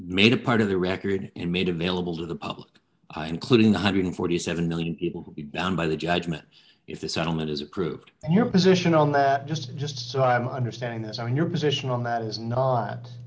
made a part of the record and made available to the public including one hundred and forty seven million people down by the judgment if the settlement is approved and your position on that just just so i'm understanding this on your position on that is n